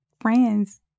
friend's